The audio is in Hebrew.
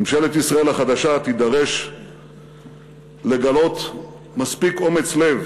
ממשלת ישראל החדשה תידרש לגלות מספיק אומץ לב